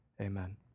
Amen